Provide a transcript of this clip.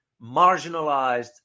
marginalized